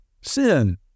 sin